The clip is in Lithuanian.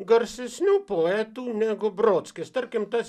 garsesnių poetų negu brodskis tarkim tas